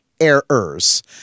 errors